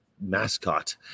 mascot